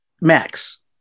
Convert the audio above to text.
Max